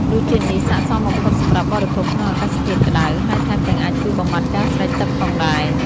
រសជាតិនេះស័ក្តិសមបំផុតសម្រាប់បរិភោគក្នុងអាកាសធាតុក្ដៅ ហើយថែមទាំងអាចជួយបំបាត់ការស្រេកទឹកផងដែរ។